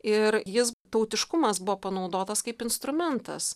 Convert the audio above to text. ir jis tautiškumas buvo panaudotas kaip instrumentas